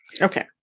Okay